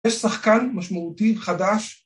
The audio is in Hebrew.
‫יש שחקן משמעותי חדש.